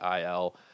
IL